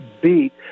beat